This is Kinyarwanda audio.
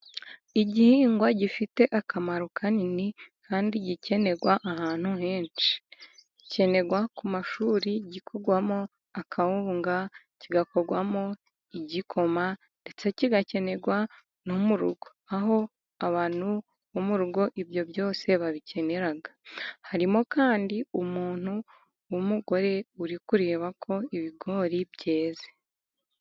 Igihingwa gifite akamaro kanini kandi gikenerwa ahantu henshi. Gikenerwa ku mashuri gikurwamo akawunga, kigakorwamo igikoma, ndetse kigakenerwa no mu rugo, aho abantu bo mu rugo ibyo byose babikenera. Harimo kandi umuntu w'umugore uri kureba ko ibigori byeze.